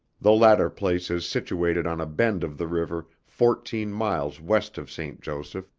the latter place is situated on a bend of the river fourteen miles west of st. joseph,